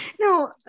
No